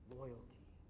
loyalty